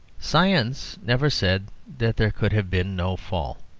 science never said that there could have been no fall.